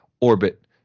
orbit